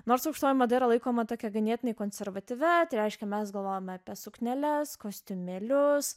nors aukštoji mada yra laikoma tokia ganėtinai konservatyvia tai reiškia mes galvojame apie sukneles kostiumėlius